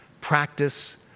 practice